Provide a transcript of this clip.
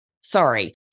Sorry